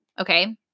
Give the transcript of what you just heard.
Okay